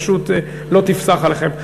פשוט לא תפסח עליכם.